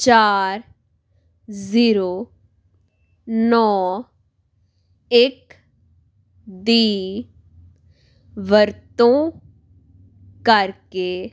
ਚਾਰ ਜ਼ੀਰੋ ਨੌਂ ਇੱਕ ਦੀ ਵਰਤੋਂ ਕਰਕੇ